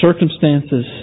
circumstances